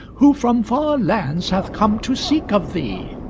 who from far lands hath come to seek of thee.